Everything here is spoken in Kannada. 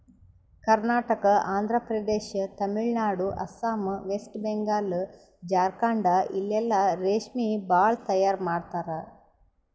ಕರ್ನಾಟಕ, ಆಂಧ್ರಪದೇಶ್, ತಮಿಳುನಾಡು, ಅಸ್ಸಾಂ, ವೆಸ್ಟ್ ಬೆಂಗಾಲ್, ಜಾರ್ಖಂಡ ಇಲ್ಲೆಲ್ಲಾ ರೇಶ್ಮಿ ಭಾಳ್ ತೈಯಾರ್ ಮಾಡ್ತರ್